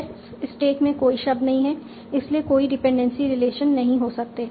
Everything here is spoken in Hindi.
S स्टैक में कोई शब्द नहीं है इसीलिए कोई डिपेंडेंसी रिलेशन नहीं हो सकते